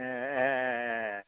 ए ए